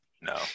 No